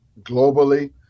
globally